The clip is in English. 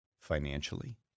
financially